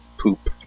poop